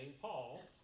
Paul